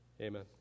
Amen